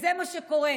זה מה שקורה.